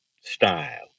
style